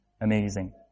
Amazing